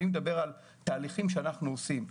אני מדבר על תהליכים שאנחנו עושים,